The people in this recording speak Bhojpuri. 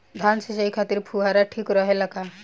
धान सिंचाई खातिर फुहारा ठीक रहे ला का?